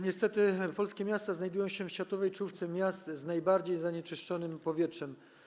Niestety polskie miasta znajdują się w światowej czołówce miast z najbardziej zanieczyszczonym powietrzem.